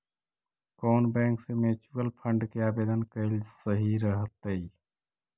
कउन बैंक से mutual fund के आवेदन कयल सही रहतई?